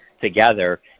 together